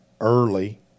early